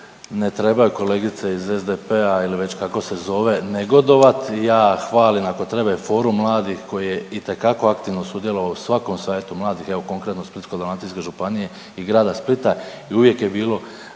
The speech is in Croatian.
Ne trebaju kolegice iz SDP-a ili već kako se zove negodovati. Ja hvalim ako treba i Forum mladih koji je itekako aktivno sudjelovao u svakom savjetu mladih. Evo konkretno Splitsko-dalmatinskoj županiji i grada Splita i uvijek je bilo